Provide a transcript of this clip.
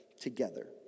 together